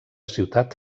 ciutat